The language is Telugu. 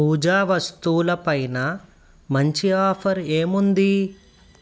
పూజా వస్తువులపైన మంచి ఆఫర్ ఏముంది